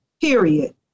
Period